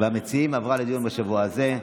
והמציעים עברה לדיון בשבוע הזה.